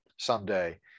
Someday